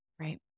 Right